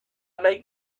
make